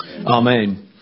Amen